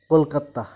Kolkata